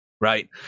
right